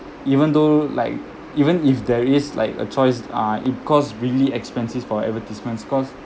even though like even if there is like a choice ah it cost really expensive for advertisements cause